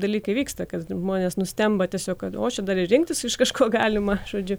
dalykai vyksta kasdien žmonės nustemba tiesiog kad o čia gali rinktis iš kažko galima žodžiu